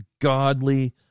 godly